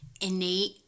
innate